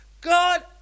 God